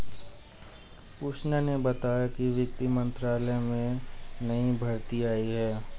पुष्पा ने बताया कि वित्त मंत्रालय में नई भर्ती आई है